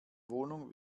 wohnung